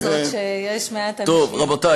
אני לא יודע מה עושים.